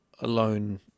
alone